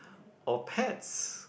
or pets